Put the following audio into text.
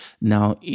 Now